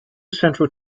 central